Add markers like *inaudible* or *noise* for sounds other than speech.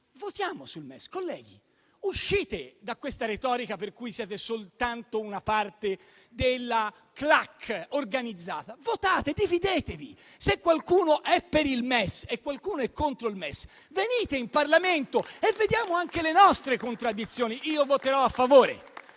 Votiamo sul MES, colleghi. Uscite dalla retorica per cui siete soltanto una parte della *clac* organizzata. Votate, dividetevi, se qualcuno è per il MES e qualcuno è contro il MES. Venite in Parlamento e vediamo anche le nostre contraddizioni. *applause* Io voterò a favore,